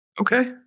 Okay